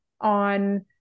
on